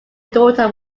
daughter